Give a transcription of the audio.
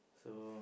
so